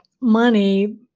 money